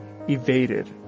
evaded